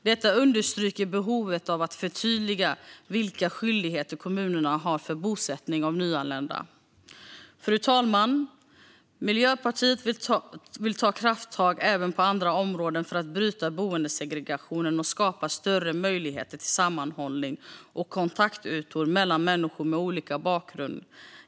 Detta understryker behovet av att förtydliga vilka skyldigheter kommunerna har när det gäller bosättning av nyanlända. Fru talman! Miljöpartiet vill ta krafttag även på andra områden för att bryta boendesegregationen och skapa större möjligheter till sammanhållning och kontaktytor mellan människor med olika bakgrund.